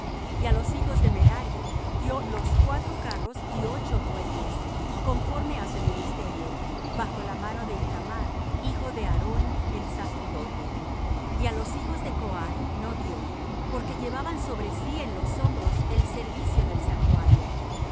y á los hijos de merari dió los cuatro carros y ocho bueyes conforme á su ministerio bajo la mano de ithamar hijo de aarón el sacerdote y á los hijos de coath no dió porque llevaban sobre sí en los hombros el servicio del santuario